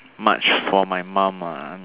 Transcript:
much for my mom ah